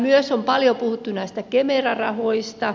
myös on paljon puhuttu näistä kemera rahoista